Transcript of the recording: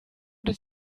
did